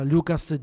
Lucas